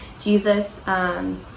Jesus